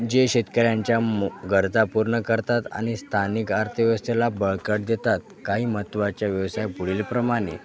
जे शेतकऱ्यांच्या गरजा पूर्ण करतात आणि स्थानिक अर्थव्यवस्थेला बळकटी देतात काही महत्त्वाच्या व्यवसाय पुढीलप्रमाणे